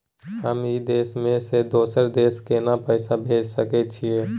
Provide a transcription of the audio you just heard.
हम ई देश से दोसर देश केना पैसा भेज सके छिए?